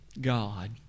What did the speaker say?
God